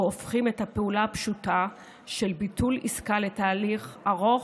ההופכים את הפעולה הפשוטה של ביטול עסקה לתהליך ארוך,